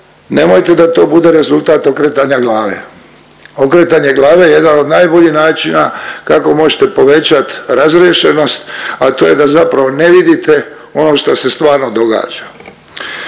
nemojte da to bude rezultat okretanja glave. Okretanje glave je jedan od najboljih načina kako možete povećat razriješenost, a to je da zapravo ne vidite ono što se stvarno događa.